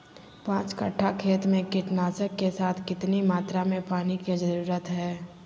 पांच कट्ठा खेत में कीटनाशक के साथ कितना मात्रा में पानी के जरूरत है?